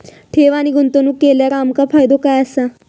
ठेव आणि गुंतवणूक केल्यार आमका फायदो काय आसा?